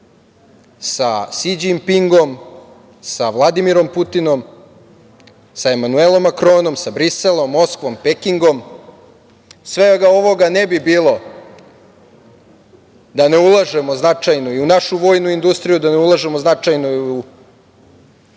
sa Si Đinpingom, sa Vladimirom Putinom, sa Emanuelom Makronom, sa Briselom, Moskvom, Pekingom. Svega ovoga ne bi bilo da ne ulažemo značajno i u našu vojnu industriju, da ne ulažemo značajno i u podršku